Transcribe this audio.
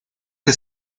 que